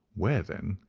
where, then,